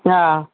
हा